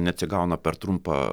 neatsigauna per trumpą